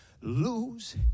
lose